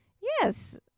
Yes